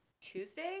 Tuesday